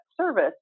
service